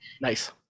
nice